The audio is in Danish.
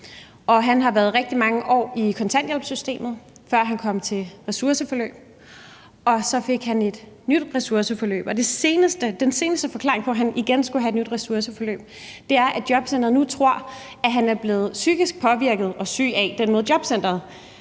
Han har været rigtig mange år i kontanthjælpssystemet, før han kom i ressourceforløb, og så fik han et nyt ressourceforløb. Og den seneste forklaring på, at han igen skulle have et nyt ressourceforløb, er, at jobcenteret nu tror, at han er blevet psykisk påvirket og syg af den måde, jobcenteret